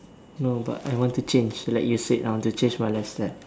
no but I want to change like you said I want to change my lifestyle